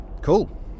cool